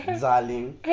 Darling